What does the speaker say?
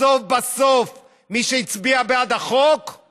בסוף מי שהצביע בעד החוק הם